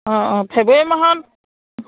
অঁ অঁ ফেব্ৰুৱাৰী মাহত